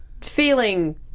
feeling